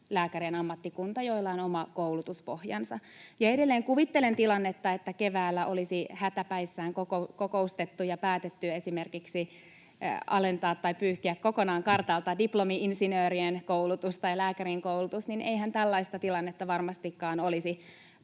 lääkärien ammattikunta, jolla on oma koulutuspohjansa. Edelleen kuvittelen tilannetta, että keväällä olisi hätäpäissään kokoustettu ja päätetty esimerkiksi alentaa tai pyyhkiä kokonaan kartalta diplomi-insinöörien koulutus tai lääkärien koulutus. Eihän tällaista tilannetta varmastikaan olisi